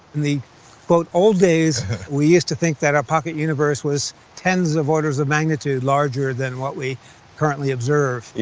in the but old days we used to think that our pocket universe was tens of orders of magnitude larger than what we currently observed.